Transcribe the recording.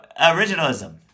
originalism